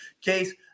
case